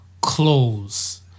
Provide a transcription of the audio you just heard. close